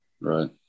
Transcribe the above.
Right